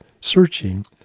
searching